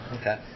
Okay